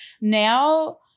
now